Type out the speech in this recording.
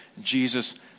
Jesus